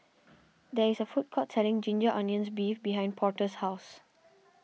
there is a food court selling Ginger Onions Beef behind Porter's house